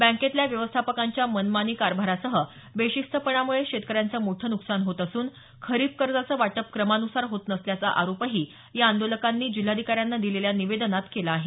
बँकेतल्या व्यवस्थापकांच्या मनमानी कारभारासह बेशिस्तपणामुळे शेतकऱ्यांचं मोठं नुकसान होत असून खरीप कर्जाचं वाटप क्रमानुसार होत नसल्याचा आरोपही या आंदोलकांनी जिल्ह्याधिकाऱ्यांना दिलेल्या निवेदनात केला आहे